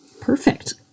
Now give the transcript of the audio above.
Perfect